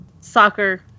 soccer